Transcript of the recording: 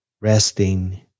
Resting